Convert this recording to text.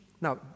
Now